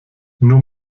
nur